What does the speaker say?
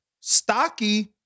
stocky